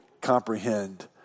comprehend